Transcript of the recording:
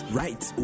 right